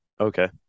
Okay